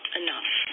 enough